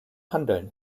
handeln